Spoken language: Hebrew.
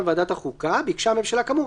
ועדת החוקה --- ביקשה הממשלה כאמור,